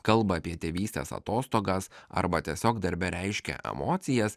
kalba apie tėvystės atostogas arba tiesiog darbe reiškia emocijas